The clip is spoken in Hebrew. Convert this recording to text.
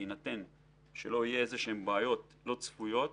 בהינתן שלא יהיו בעיות לא צפויות,